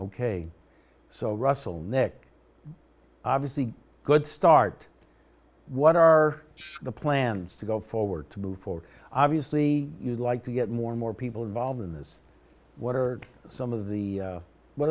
ok so russell nick obviously could start what are the plans to go forward to move forward obviously you like to get more and more people involved in this what are some of the